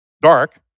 dark